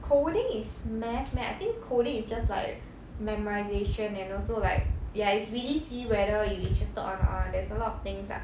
coding is math meh I think coding is just like memorisation and also like ya it's really see whether you interested or not one there's a lot of things lah